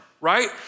right